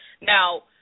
Now